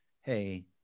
hey